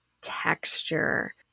texture